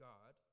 God